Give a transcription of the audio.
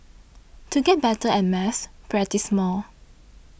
to get better at maths practise more